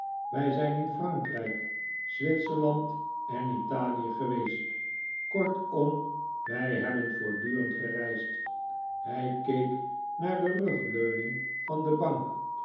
wij zijn in frankrijk zwitserland en italie geweest kortom wij hebben voortdurend gereisd hij keek naar de rugleuning van de bank